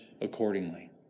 accordingly